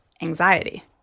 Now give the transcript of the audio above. anxiety